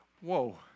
whoa